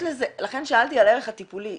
לכן שאלתי על הערך הטיפולי.